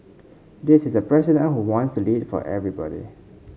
this is a president who wants to lead for everybody